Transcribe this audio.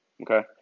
Okay